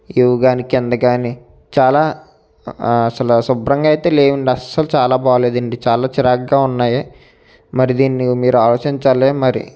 ఇవి కానీ కింద కానీ చాలా అసలు శుభ్రంగా అయితే లేవండి అసలు చాలా బాలేదు అండి చాలా చిరాకుగా ఉన్నాయి మరి దీన్ని మీరు ఆలోచించాలి మరి